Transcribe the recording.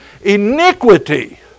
iniquity